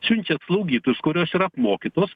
siunčia slaugytojus kurios yra apmokytos